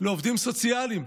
לעובדים סוציאליים.